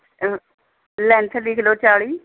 length ਲਿਖ ਲਉ ਚਾਲੀ